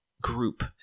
group